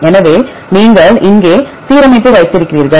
எனவே நீங்கள் இங்கே சீரமைப்பு வைத்திருக்கிறீர்கள்